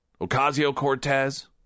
Ocasio-Cortez